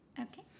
Okay